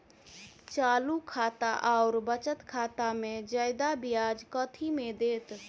चालू खाता आओर बचत खातामे जियादा ब्याज कथी मे दैत?